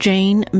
Jane